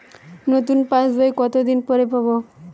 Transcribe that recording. নতুন পাশ বই কত দিন পরে পাবো?